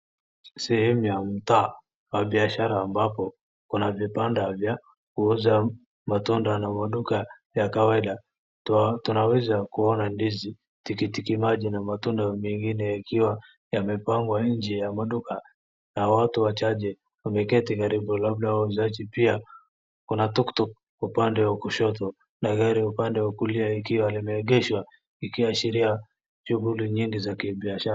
Sehemu ya mtaa wa biashara ambapo, kuna vibanda vya kuuza matunda na maduka ya kawaida. Tunaweza kuona ndizi, tikitiki maji na matunda mengine ikiwa yamepangwa nje ya maduka, na watu wachechi wameketi karibu, labda wauzaji pia. Kuna tuktuk upande wa kushoto na gari upande wa kulia ikiwa limeegeshwa. Ikiwashiria shughuli mingi za kibiashara.